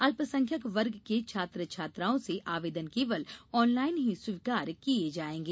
अल्पसंख्यक वर्ग के छात्र छात्राओं से आवेदन केवल ऑनलाईन ही स्वीकार किए जाएँगे